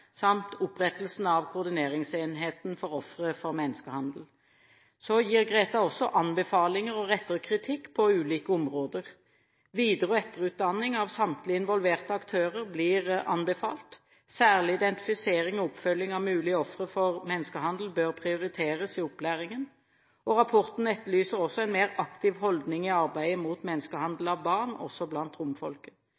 samt opprettelsen av koordineringsenheten for ofre for menneskehandel. Så gir GRETA også anbefalinger og retter kritikk på ulike områder. Videre- og etterutdanning av samtlige involverte aktører blir anbefalt. Særlig bør identifisering og oppfølging av mulige ofre for menneskehandel prioriteres i opplæringen. Rapporten etterlyser også en mer aktiv holdning i arbeidet mot menneskehandel